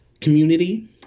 community